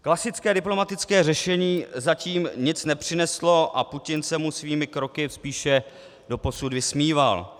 Klasické diplomatické řešení zatím nic nepřineslo a Putin se mu svými kroky spíše doposud vysmíval.